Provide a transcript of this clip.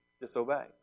Disobey